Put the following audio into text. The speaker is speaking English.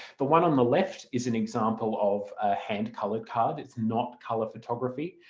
the one on the left is an example of a hand-coloured card, it's not colour photography.